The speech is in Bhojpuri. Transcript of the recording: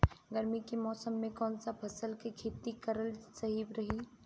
गर्मी के मौषम मे कौन सा फसल के खेती करल सही रही?